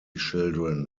children